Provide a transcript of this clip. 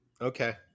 Okay